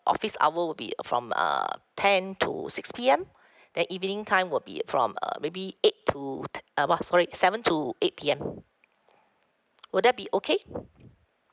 office hour will be uh from uh ten to six P_M then evening time will be from err maybe eight to t~ uh wrong sorry seven to eight P_M will that be okay